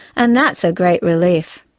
and that's a great relief.